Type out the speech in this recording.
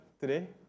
today